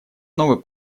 новый